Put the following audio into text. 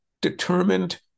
determined